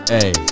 Hey